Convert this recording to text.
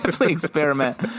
experiment